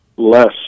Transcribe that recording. less